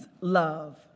love